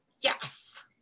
Yes